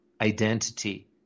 identity